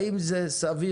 האם זה סביר